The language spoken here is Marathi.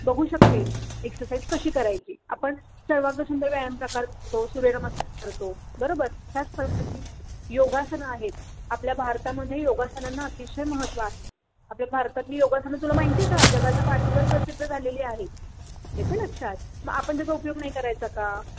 बघू शकतेस एक्सरसाईज कशी करायची आपण सर्वांगसुंदर व्यायामप्रकार करतो सूर्यनमस्कार करतो बरोबर त्याच प्रकारची योगासनं आहेत आपल्या भारतामध्ये योगासनांना अतिशय महत्त्व आहे आपल्या भारतातली योगासनं तुला माहिती आहे का जगाच्या पाठीवर प्रसिद्ध झालेली आहे येतं लक्षात मग आपण त्याचा उपयोग नाही करायचा का